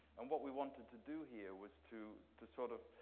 and what we wanted to do here was to to sort of